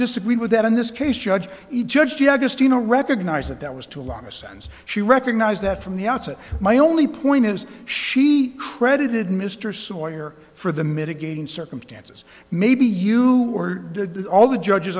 disagree with that in this case judge each judge judge just you know recognize that that was too long a sense she recognized that from the outset my only point is she credited mr sawyer for the mitigating circumstances maybe you did all the judges